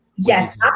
Yes